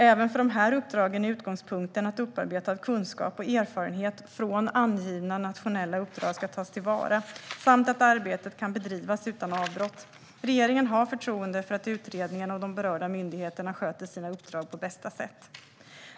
Även för dessa uppdrag är utgångspunkten att upparbetad kunskap och erfarenhet från angivna nationella uppdrag ska tas till vara samt att arbetet ska kunna bedrivas utan avbrott. Regeringen har förtroende för att utredningen och de berörda myndigheterna sköter sina uppdrag på bästa sätt.